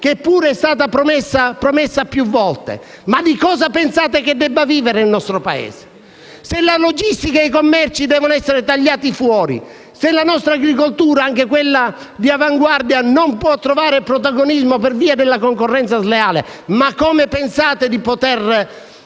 che pure è stata promessa più volte. Ma di cosa pensate debba vivere il nostro Paese? Se la logistica e i commerci devono essere tagliati fuori, se la nostra agricoltura, anche quella di avanguardia, non può trovare protagonismo per via della concorrenza sleale, come pensate di poter